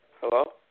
Hello